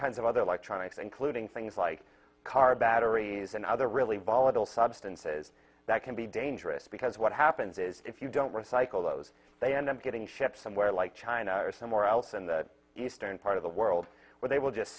kinds of other like tronics including things like car batteries and other really volatile substances that can be dangerous because what happens is if you don't recycle those they end up getting shipped somewhere like china or somewhere else in the eastern part of the world where they will just